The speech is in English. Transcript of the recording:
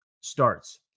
starts